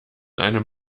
einem